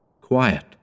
Quiet